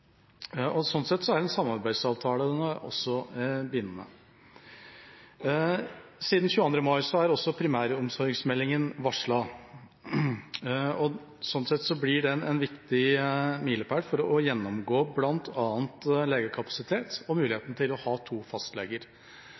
– sånn sett er en samarbeidsavtale også bindende. Siden 22. mai er også primæromsorgsmeldingen varslet, og sånn sett blir den en viktig milepæl for å gjennomgå bl.a. legekapasiteten og muligheten til å ha to fastleger.